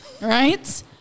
right